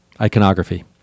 Iconography